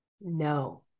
No